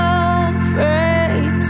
afraid